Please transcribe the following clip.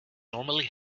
normally